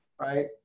right